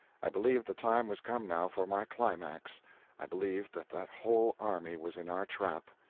i believed the time was come now for my climax i believed that that whole army was in our trap.